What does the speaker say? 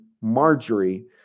Marjorie